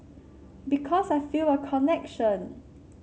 because I feel a connection